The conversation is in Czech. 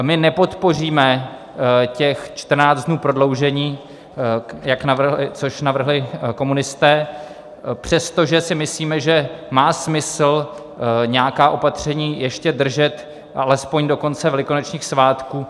My nepodpoříme těch 14 dnů prodloužení, což navrhli komunisté, přestože si myslíme, že má smysl nějaká opatření ještě držet alespoň do konce velikonočních svátků.